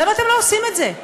למה אתם לא עושים את זה?